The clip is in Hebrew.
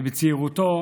שבצעירותו